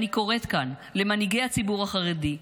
אני קוראת כאן למנהיגי הציבור החרדי,